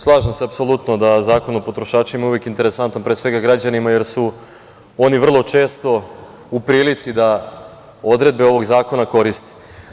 Slažem se apsolutno da je Zakon o potrošačima interesantan pre svega građanima, jer su oni vrlo često u prilici da odredbe ovog zakona koriste.